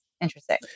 interesting